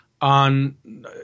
on